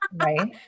Right